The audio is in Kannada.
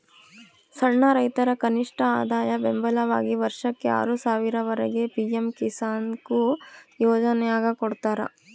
ಸಣ್ಣ ರೈತರ ಕನಿಷ್ಠಆದಾಯ ಬೆಂಬಲವಾಗಿ ವರ್ಷಕ್ಕೆ ಆರು ಸಾವಿರ ವರೆಗೆ ಪಿ ಎಂ ಕಿಸಾನ್ಕೊ ಯೋಜನ್ಯಾಗ ಕೊಡ್ತಾರ